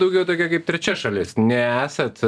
daugiau tokia kaip trečia šalis nesat